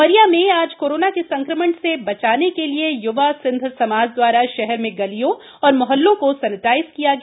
उमरिया में आज कोरोना के संक्रमण से बचाने के लिए युवा सिंध समाज दवारा शहर में गलियों व मोहल्लों को सेनेटाइज किया गया